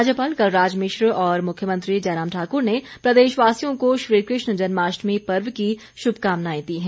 राज्यपाल कलराज मिश्र और मुख्यमंत्री जयराम ठाकुर ने प्रदेशवासियों को श्रीकृष्ण जन्माष्टमी पर्व की शुभकामनाएं दी हैं